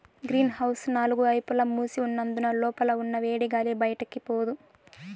green house నాలుగు వైపులా మూసి ఉన్నందున లోపల ఉన్న వేడిగాలి బయటికి పోదు